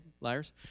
liars